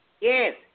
Yes